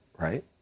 right